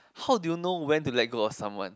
how do you know when to let go of someone